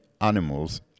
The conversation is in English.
animals